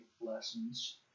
lessons